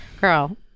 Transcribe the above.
girl